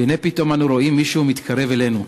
והנה פתאום אנו רואים מישהו מתקרב אלינו.